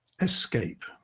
Escape